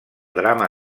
drama